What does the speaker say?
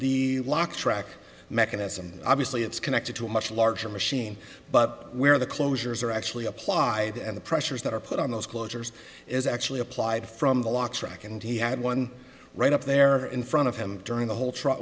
the lock track mechanism obviously it's connected to a much larger machine but where the closures are actually applied and the pressures that are put on those closures is actually applied from the locks rack and he had one right up there in front of him during the whole